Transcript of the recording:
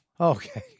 Okay